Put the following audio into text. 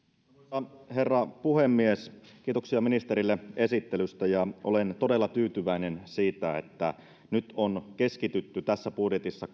arvoisa herra puhemies kiitoksia ministerille esittelystä olen todella tyytyväinen siitä että nyt on keskitytty tässä budjetissa